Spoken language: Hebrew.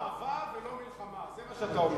עשו אהבה ולא מלחמה, זה מה שאתה אומר.